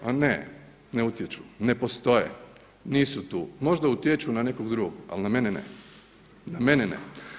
Ali ne, ne utječu, ne postoje, nisu tu, možda utječu na nekog drugog ali na mene ne, na mene ne.